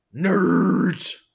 nerds